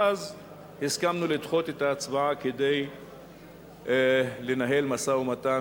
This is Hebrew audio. ואז הסכמנו לדחות את ההצבעה כדי לנהל משא-ומתן,